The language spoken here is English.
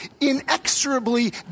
inexorably